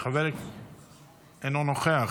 אינו נוכח,